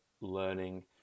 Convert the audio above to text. learning